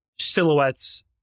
Silhouettes